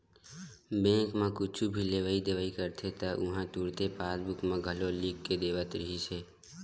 bank म कुछु भी लेवइ देवइ करते त उहां तुरते पासबूक म घलो लिख के देवत रिहिस हे